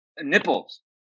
nipples